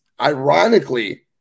Ironically